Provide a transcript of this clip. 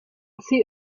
see